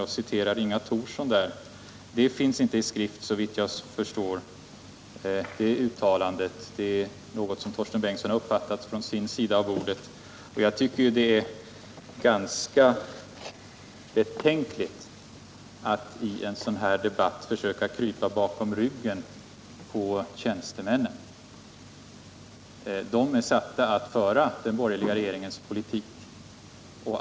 Han citerade Inga Thorsson. Såvitt jag förstår finns detta uttalande inte i skrift utan det är något som Torsten Bengtson har uppfattat så från sin sida av bordet. Jag tycker att det är ganska betänkligt att i en sådan här debatt försöka krypa bakom ryggen på tjänstemännen. De är satta att föra den borgerliga regeringens politik.